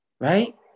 right